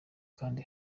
kandi